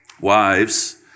Wives